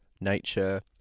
nature